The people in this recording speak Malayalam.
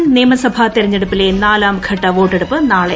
ജാർഖണ്ഡിൽ നിയമസഭാ തെരഞ്ഞെടുപ്പിലെ നാലാംഘട്ട വോട്ടെടുപ്പ് നാളെ